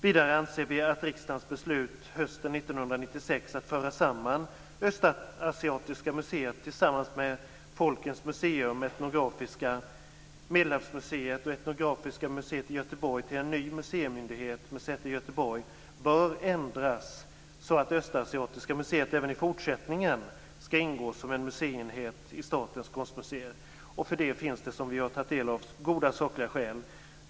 Vidare anser vi att riksdagens beslut hösten 1996 att föra samman Östasiatiska museet med Folkens museum - etnografiska, Medelhavsmuseet och Etnografiska museet i Göteborg till en ny museimyndighet med säte i Göteborg bör ändras så att Östasiatiska museet även i fortsättningen skall ingå som en museienhet i Statens konstmuseer. För det finns det, som vi har tagit del av, goda sakliga skäl.